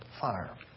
fire